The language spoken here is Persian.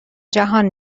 جهان